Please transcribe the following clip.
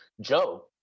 Joe